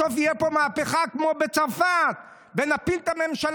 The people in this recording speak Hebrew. בסוף תהיה פה מהפכה, כמו בצרפת, ונפיל את הממשלה.